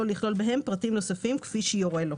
לכלול בהם פרטים נוספים כפי שיורה לו.